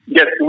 Yes